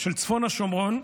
של צפון השומרון.